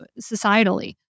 societally